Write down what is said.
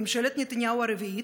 ממשלת נתניהו הרביעית,